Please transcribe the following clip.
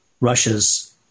Russia's